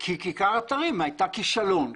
כי כיכר אתרים הייתה כישלון.